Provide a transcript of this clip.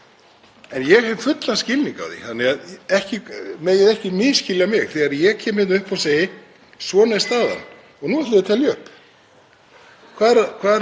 hvar þessar skoðunarstöðvar eru. Þær eru í Grindavík, Reykjanesbæ, Akranesi, Borgarnesi, Grundarfirði, Stykkishólmi, Hvammstanga, Búðardal, Ísafirði,